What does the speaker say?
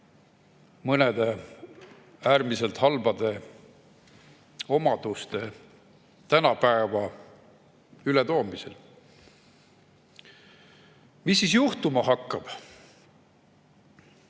mõnede äärmiselt halbade omaduste tänapäeva ületoomisel. Mis siis juhtuma hakkab?